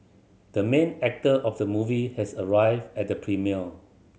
the main actor of the movie has arrived at the premiere